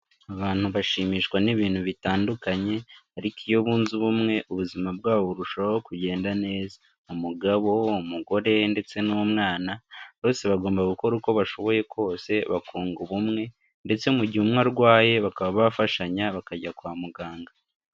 Abantu bashimishwa n'ibintu bitandukanye ariko iyo bunze ubumwe ubuzima bwabo burushaho kugenda neza, umugabo, umugore ndetse n'umwana bose bagomba gukora uko bashoboye kose bakunga ubumwe ndetse mu gihe umwe arwaye bakaba bafashanya bakajya kwa muganga.